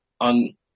on